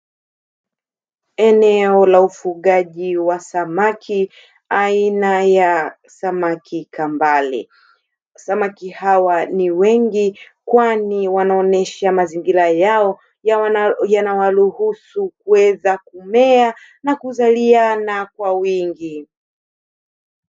Eneo la ufugaji wa samaki aina ya samaki kambale, samaki hawa ni wengi kwani wanaonesha mazingira yao yanawaruhusu kuweza kumea na kuzaliana kwa wingi.